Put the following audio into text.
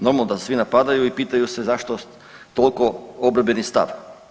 Normalno da svi napadaju i pitaju se zašto toliko obrambeni stav.